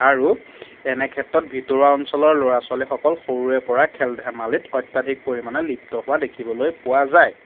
আৰু এনে ক্ষেত্ৰত ভিতৰুৱা অঞ্চলৰ ল'ৰা ছোৱালীসকল সৰুৰেপৰা খেল ধেমালিত অত্যাধিক পৰিমাণে লিপ্ত হোৱা দেখিবলৈ পোৱা যায়